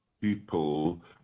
people